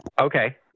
Okay